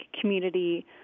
community